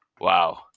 wow